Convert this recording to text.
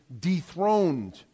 dethroned